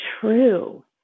true